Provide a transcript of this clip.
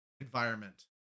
environment